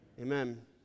Amen